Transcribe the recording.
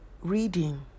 reading